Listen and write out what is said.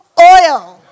oil